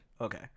okay